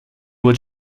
what